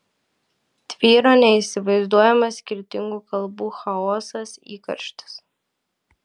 tvyro neįsivaizduojamas skirtingų kalbų chaosas įkarštis